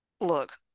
look